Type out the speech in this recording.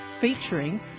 featuring